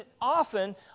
often